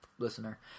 Listener